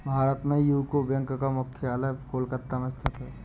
भारत में UCO bank का मुख्यालय कोलकाता में स्थित है